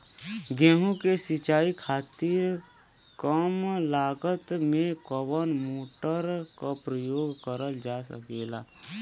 गेहूँ के सिचाई खातीर कम लागत मे कवन मोटर के प्रयोग करल जा सकेला?